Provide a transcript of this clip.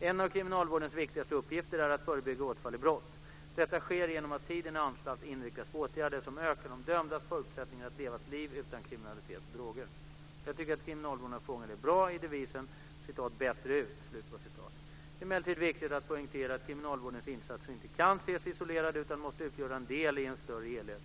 En av kriminalvårdens viktigaste uppgifter är att förebygga återfall i brott. Detta sker genom att tiden i anstalt inriktas på åtgärder som ökar de dömdas förutsättningar att leva ett liv utan kriminalitet och droger. Jag tycker att kriminalvården har fångat det bra i devisen "Bättre ut". Det är emellertid viktigt att poängtera att kriminalvårdens insatser inte kan ses isolerade utan måste utgöra en del i en större helhet.